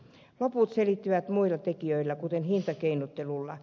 loppu selittyy muilla tekijöillä kuten hintakeinottelulla